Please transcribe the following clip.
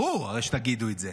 הרי ברור שתגידו את זה.